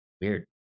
weird